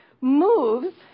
moves